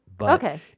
Okay